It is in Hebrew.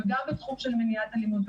גם בתחום מניעת אלימות,